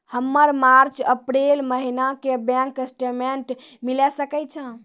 हमर मार्च अप्रैल महीना के बैंक स्टेटमेंट मिले सकय छै?